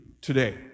today